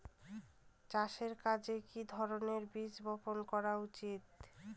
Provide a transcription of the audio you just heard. চাষের কাজে কি ধরনের বীজ বপন করা উচিৎ?